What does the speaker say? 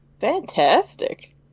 Fantastic